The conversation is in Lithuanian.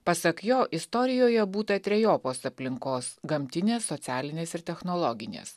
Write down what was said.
pasak jo istorijoje būta trejopos aplinkos gamtinės socialinės ir technologinės